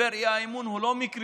משבר האי-אמון הוא לא מקרי,